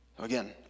Again